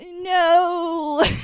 No